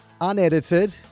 unedited